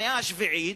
במאה השביעית,